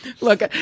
Look